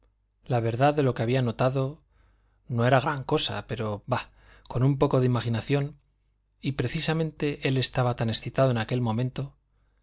la verdad de lo que había notado no era gran cosa pero bah con un poco de imaginación y precisamente él estaba tan excitado en aquel momento